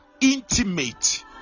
intimate